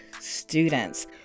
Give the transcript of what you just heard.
students